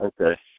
Okay